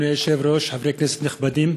אדוני היושב-ראש, חברי כנסת נכבדים,